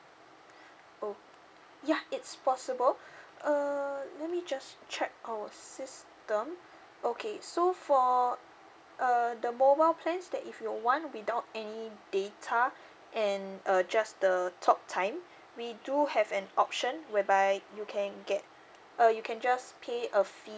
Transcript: oh yeah it's possible uh let me just check our system okay so for err the mobile plans that if you're want without any data and uh just the talk time we do have an option whereby you can get uh you can just pay a fee